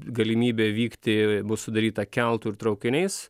galimybė vykti bus sudaryta keltu ir traukiniais